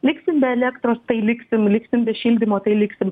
liksim be elektros tai liksim liksim be šildymo tai liksim